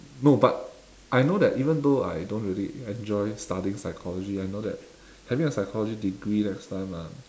no but I know that even though I don't really enjoy studying psychology I know that having a psychology degree next time lah